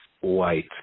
white